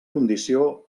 condició